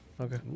Okay